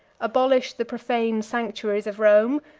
abolished the profane sanctuaries of rome,